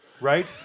Right